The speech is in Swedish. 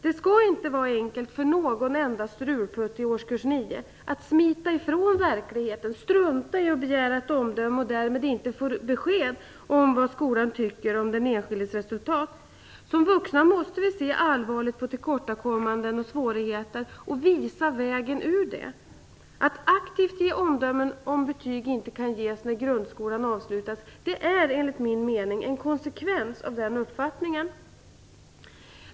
Det skall inte vara enkelt för någon enda "strulputte" i årskurs 9 att smita ifrån verkligheten, strunta i att begära ett omdöme, och därmed inte få besked om vad skolan tycker om den enskildes resultat. Som vuxna måste vi se allvarligt på tillkortakommanden och svårigheter och visa vägen ur dem. Att aktivt ge omdömen om betyg inte ges när grundskolan avslutas är enligt min mening en konsekvens av den uppfattningen.